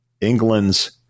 England's